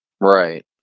Right